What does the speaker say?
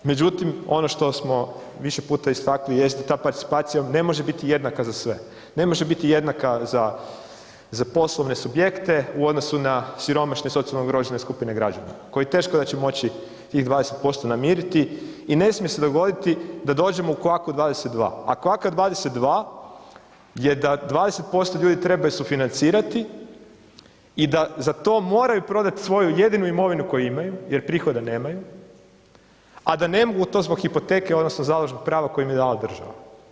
Međutim, ono što smo više puta istakli jeste ta participacija ne može biti jednaka za sve, ne može biti jednaka za, za poslovne subjekte u odnosu na siromašne i socijalno ugrožene skupine građana koji teško da će moći tih 20% namiriti i ne smije se dogoditi da dođemo u kvaku 22, a kvaka 22 je da 20% ljudi trebaju sufinancirati i da za to moraju prodat svoju jedinu imovinu koju imaju jer prihoda nemaju, a da ne mogu to zbog hipoteke odnosno založnog prava koje im je dala država.